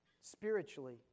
spiritually